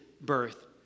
birth